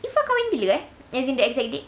iffah kahwin bila eh as in the exact date